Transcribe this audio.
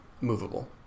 movable